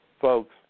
Folks